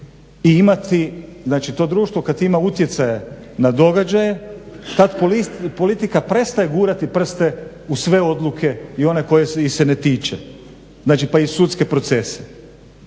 i imati, znači to društvo kad ima utjecaje na događaje tad politika prestaje gurati prste u sve odluke i one koje ih se ne tiču, znači pa i sudske procese.